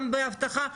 גם באבטחה,